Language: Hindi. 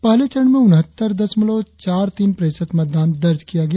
पहले चरण में उनहत्तर दशमलव चार तीन प्रतिशत मतदान दर्ज किया गया